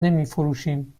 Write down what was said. نمیفروشیم